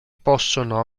possono